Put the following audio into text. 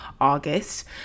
August